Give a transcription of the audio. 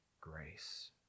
grace